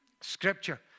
scripture